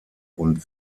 und